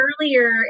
earlier